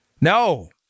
No